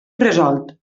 resolt